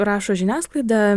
rašo žiniasklaida